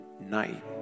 night